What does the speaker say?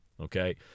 Okay